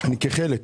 אני כחלק,